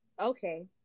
okay